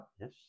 Yes